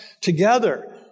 together